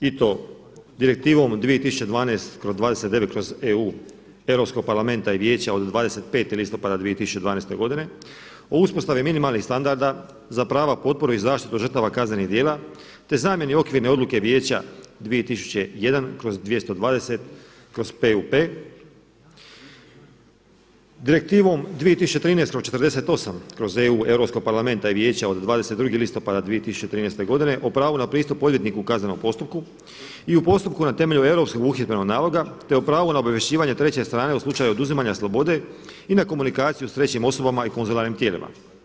I to Direktivom 20127297EU Europskog parlamenta i Vijeća od 25. listopada 2012. godine, o uspostavi minimalnih standarda za prava, potporu i zaštitu žrtava kaznenih djela te zamjeni okvirne odluke Vijeća 2001/220/PUP, Direktivom 2013/48/EU Europskog parlamenta i Vijeća od 22. listopada 2013. godine o pravu na pristup odvjetniku u kaznenom postupku i u postupku na temelju europskog uhidbenog naloga te o pravu na obavješćivanje treće strane u slučaju oduzimanja slobode i na komunikaciju sa trećim osobama i konzularnim tijelima.